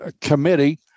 committee